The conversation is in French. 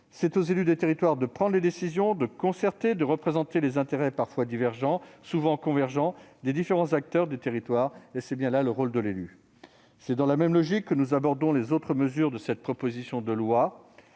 C'est aux élus des territoires de prendre les décisions, de concerter, et de représenter les intérêts parfois divergents, souvent convergents, des différents acteurs des territoires. C'est dans la même logique que nous abordons les autres mesures de cette proposition de loi,